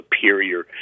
superior